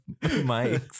mics